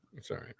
Sorry